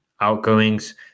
outgoings